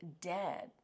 dead